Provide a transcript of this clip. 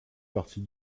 partie